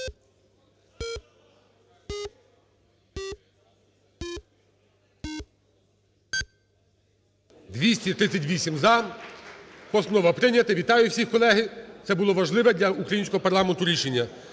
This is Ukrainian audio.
238 – за. Постанова прийнята. Вітаю всіх, колеги, це було важливе для українського парламенту рішення.